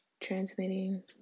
Transmitting